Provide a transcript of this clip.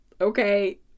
okay